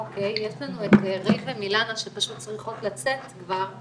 אוקיי, יש לנו את ריי ומילנה שצריכות לצאת כבר.